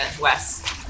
Wes